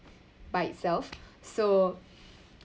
by itself so